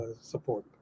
support